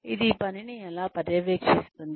ఇది పనిని ఎలా పర్యవేక్షిస్తుంది